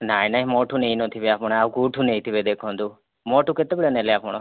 ନାଇଁ ନାଇଁ ମୋ ଠୁ ନେଇନଥିବେ ଆପଣ ଆଉ କେଉଁଠୁ ନେଇଥିବେ ଦେଖନ୍ତୁ ମୋ ଠୁ କେତେବେଳେ ନେଲେ ଆପଣ